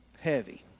heavy